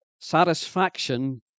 satisfaction